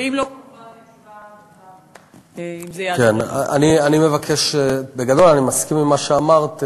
אם לא, כמובן, תשובה, בגדול, אני מסכים למה שאמרת.